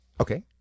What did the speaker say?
Okay